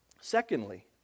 Secondly